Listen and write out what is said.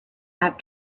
about